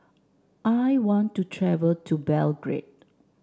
I want to travel to Belgrade